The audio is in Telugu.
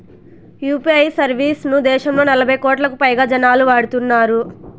యూ.పీ.ఐ సర్వీస్ ను దేశంలో నలభై కోట్లకు పైగా జనాలు వాడుతున్నారు